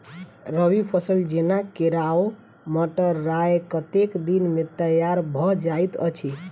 रबी फसल जेना केराव, मटर, राय कतेक दिन मे तैयार भँ जाइत अछि?